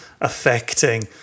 affecting